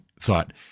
thought